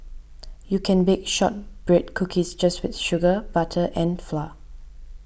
you can bake Shortbread Cookies just with sugar butter and flour